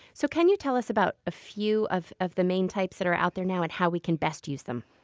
so can you tell us about a few of of the main types that are out there now, and how we can best use them?